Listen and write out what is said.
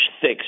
thick